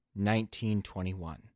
1921